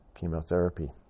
chemotherapy